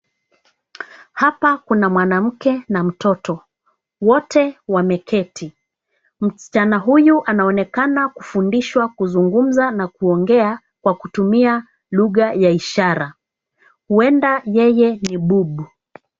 Hapa kuna mwanamke na mtoto, wote wameketi. Msichana huyu anaonekana kufundishwa kuzungumza na kuongea, kwa kutumia lugha ya ishara. Huenda yeye ni bubu.